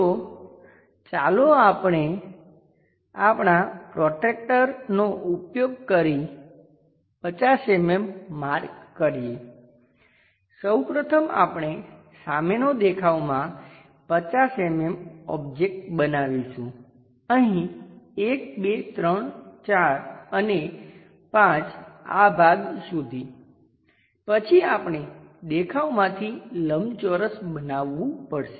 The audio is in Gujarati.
તો ચાલો આપણે આપણા પ્રોટ્રેક્ટરનો ઉપયોગ કરી 50 mm માર્ક કરીએ સૌ પ્રથમ આપણે સામેનો દેખાવમાં 50 mm ઓબ્જેક્ટ બનાવીશું અહીં 1 2 3 4 અને 5 આ ભાગ સુધી પછી આપણે દેખાવમાંથી લંબચોરસ બનાવવું પડશે